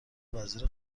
وزیر